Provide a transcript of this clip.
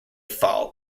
fall